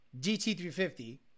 GT350